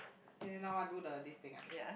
K then now what do the this thing ah